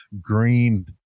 green